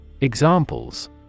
Examples